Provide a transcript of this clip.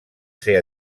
ser